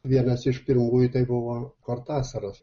vienas iš pirmųjų tai buvo kortasaras